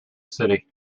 city